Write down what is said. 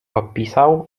opisał